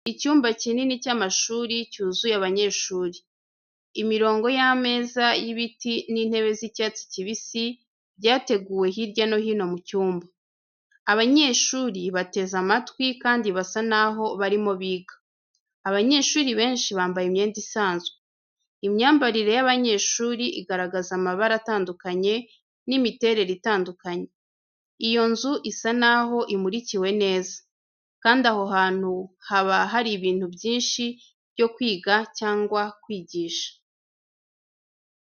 Icyumba kinini cy'amashuri cyuzuye abanyeshuri. Imirongo y'ameza y'ibiti n'intebe z'icyatsi kibisi byateguwe hirya no hino mu cyumba. Abanyeshuri bateze amatwi kandi basa naho barimo biga. Abanyeshuri benshi bambaye imyenda isanzwe. Imyambarire y'abanyeshuri igaragaza amabara atandukanye n'imiterere itandukanye. Iyo nzu isa naho imurikiwe neza. Kandi aho hantu haba hari ibintu byinshi byo kwiga cyangwa kwigisha.